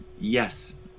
yes